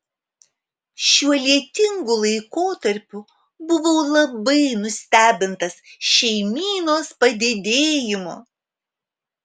šiuo lietingu laikotarpiu buvau labai nustebintas šeimynos padidėjimu